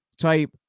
type